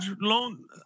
loan